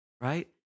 Right